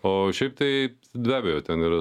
o šiaip tai be abejo ten yra